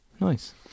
nice